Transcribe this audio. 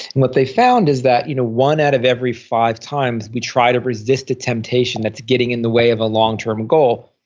what they found is that you know one out of every five times we try to resist a temptation that's getting in the way of a longterm goal,